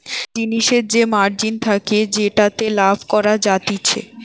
জিনিসের যে মার্জিন থাকে যেটাতে লাভ করা যাতিছে